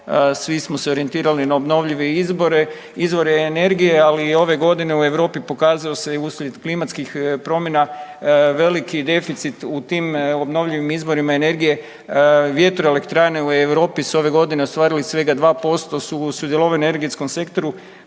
svi smo se orijentirali na obnovljive izvore energije, ali ove godine u Europi pokazalo se uslijed klimatskih promjena veliki deficit u tim obnovljivim izvorima energije, vjetroelektrane u Europi su ove godine ostvarili svega 2% … energetskom sektoru,